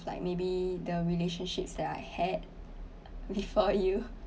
like maybe the relationships that I had before you